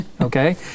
okay